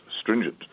stringent